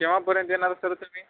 केव्हापर्यंत येणार सर तुम्ही